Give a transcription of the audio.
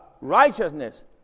righteousness